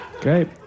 Great